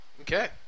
Okay